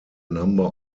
number